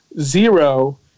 zero